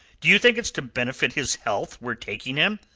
do you think it's to benefit his health we're taking him?